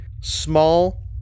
small